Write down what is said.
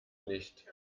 nicht